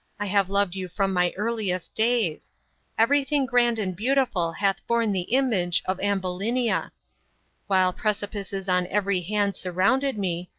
i have loved you from my earliest days everything grand and beautiful hath borne the image of ambulinia while precipices on every hand surrounded me,